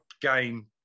game